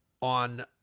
on